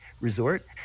resort